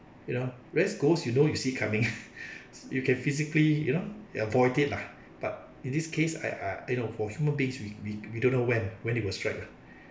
you know whereas ghosts you know you see coming you can physically you know avoid it lah but in this case I I you know for human beings we we we don't know when when they will strike ah